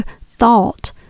thought